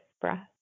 breath